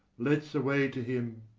let's away to him.